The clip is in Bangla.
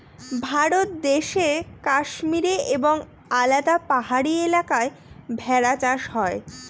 ভারত দেশে কাশ্মীরে এবং আলাদা পাহাড়ি এলাকায় ভেড়া চাষ হয়